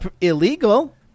illegal